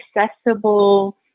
accessible